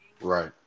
Right